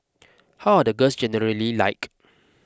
how are the girls generally like